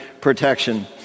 protection